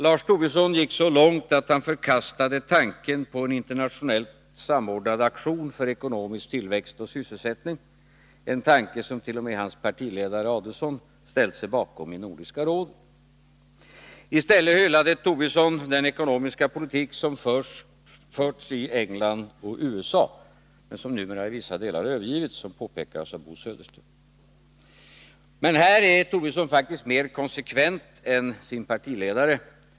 Lars Tobisson gick så långt att han förkastade tanken på en internationellt samordnad aktion för ekonomisk tillväxt och sysselsättning, en tanke som t.o.m. hans partiledare Ulf Adelsohn ställde sig bakom i Nordiska rådet. I stället hyllade Lars Tobisson den ekonomiska politik som har förts i England och USA men som numera till vissa delar har övergivits, vilket påpekades av Bo Södersten. Här är faktiskt Lars Tobisson mer konsekvent än sin partiledare.